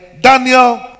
daniel